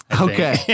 Okay